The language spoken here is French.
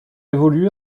évolué